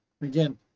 again